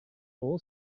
all